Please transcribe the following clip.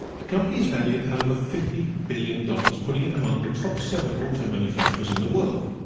the company is valued at over fifty billion dollars, putting it among the top seven auto manufacturers in the world.